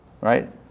Right